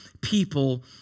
people